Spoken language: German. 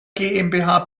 gmbh